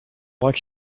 what